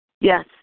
Yes